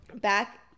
back